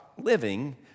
living